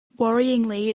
worryingly